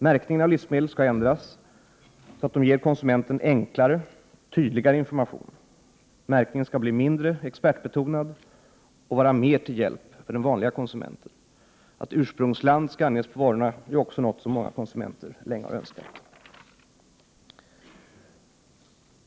Märkningen av livsmedel skall ändras, så att den ger konsumenten enklare, tydligare information. Märkningen skall bli mindre expertbetonad och vara mer till hjälp för den vanlige konsumenten. Att ursprungslandet skall anges på varorna är också något som många konsumenter länge har Önskat.